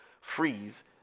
freeze